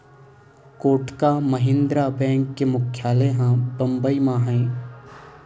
Kotak Mahindra bank के मुख्यालय ह बंबई म हे